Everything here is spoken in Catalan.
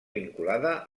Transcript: vinculada